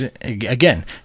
Again